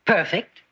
Perfect